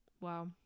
Wow